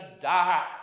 dark